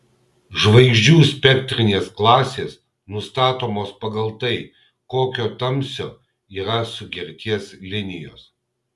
žvaigždžių spektrinės klasės nustatomos pagal tai kokio tamsio yra sugerties linijos